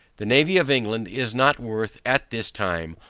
the navy of england is not worth, at this time,